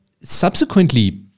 subsequently